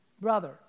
Brother